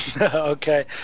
Okay